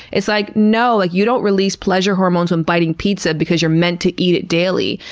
it's like, no! you don't release pleasure hormones when biting pizza because you're meant to eat it daily.